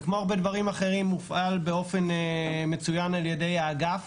וכמו הרבה דברים אחרים הוא מופעל באופן מצוין על ידי האגף.